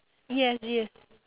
yes yes